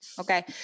okay